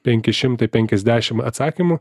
penki šimtai penkiasdešimt atsakymų